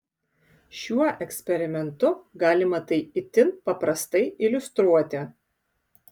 šiuo eksperimentu galima tai itin paprastai iliustruoti